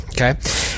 Okay